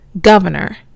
governor